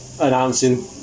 announcing